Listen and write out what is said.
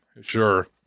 sure